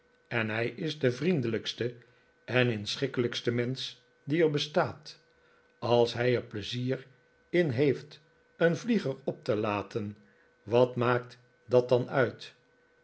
en hij is de vriendelijkste en inschikkelijkste mensch die er bestaat als hij er pleizier in heeft een vlieger op te laten wat maakt dat dan uit